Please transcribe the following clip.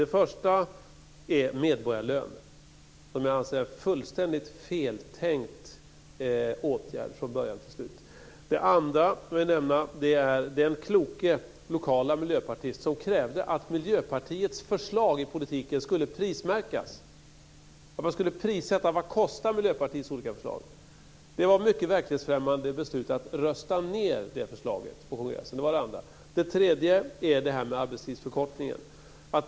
Det första är medborgarlön, som jag anser är en fullständigt feltänkt åtgärd från början till slut. Det andra jag vill nämna är den kloka lokala miljöpartist som krävde att Miljöpartiets förslag i politiken skulle prismärkas. Man skulle redovisa vad Miljöpartiets olika förslag skulle kosta. Det var ett mycket verklighetsfrämmande beslut att rösta ned det förslaget på kongressen. Det tredje är detta med arbetstidsförkortningen.